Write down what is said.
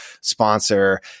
sponsor